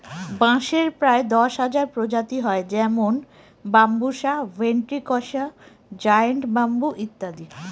বাঁশের প্রায় দশ হাজার প্রজাতি হয় যেমন বাম্বুসা ভেন্ট্রিকসা জায়ন্ট ব্যাম্বু ইত্যাদি